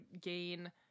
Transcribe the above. gain